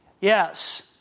Yes